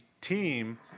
team